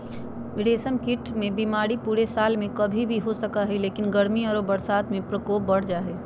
रेशम कीट मे बीमारी पूरे साल में कभी भी हो सको हई, लेकिन गर्मी आरो बरसात में प्रकोप बढ़ जा हई